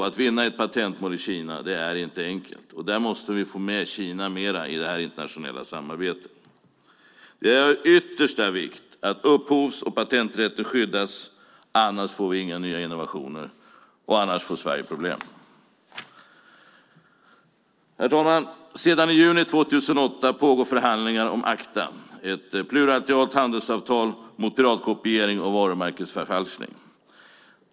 Att vinna ett patentmål i Kina är inte enkelt. Vi måste få med Kina mer i det internationella samarbetet. Det är av yttersta vikt att upphovs och patenträtten skyddas. Annars får vi inga nya innovationer, och annars får Sverige problem. Herr talman! Sedan i juni 2008 pågår förhandlingar om ACTA. Det är ett plurilateralt handelsavtal mot piratkopiering och varumärkesförfalskning.